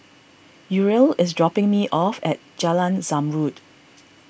Uriel is dropping me off at Jalan Zamrud